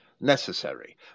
necessary